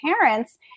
parents